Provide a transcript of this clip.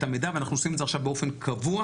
המידע ואנחנו עושים את זה עכשיו באופן קבוע